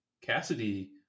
Cassidy